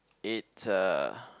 it uh